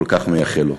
כל כך מייחל לו.